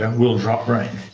and will drop rain.